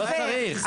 לא צריך.